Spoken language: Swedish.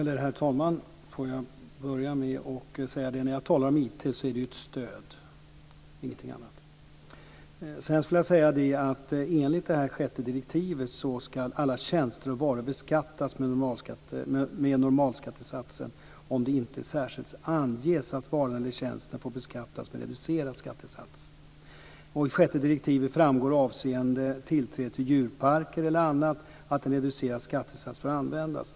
Herr talman! Låt mig börja med att säga att när jag talar om IT är det ett stöd, ingenting annat. Sedan vill jag säga att enligt det sjätte direktivet ska alla tjänster och varor beskattas med normalskattesatsen om det inte särskilt anges att varan eller tjänsten får beskattas med reducerad skattesats. I sjätte direktivet framgår avseende tillträde till djurparker eller annat att en reducerad skattesats får användas.